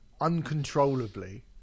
uncontrollably